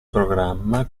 programma